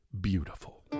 beautiful